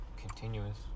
continuous